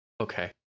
Okay